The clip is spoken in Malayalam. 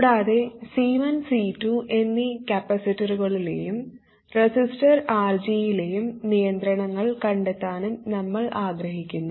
കൂടാതെ C1 C2 എന്നീ കപ്പാസിറ്ററുകളിലെയും റെസിസ്റ്റർ RG യിലെയും നിയന്ത്രണങ്ങൾ കണ്ടെത്താനും നമ്മൾ ആഗ്രഹിക്കുന്നു